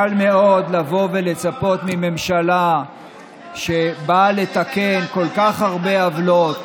קל מאוד לבוא ולצפות מממשלה שבאה לתקן כל כך הרבה עוולות,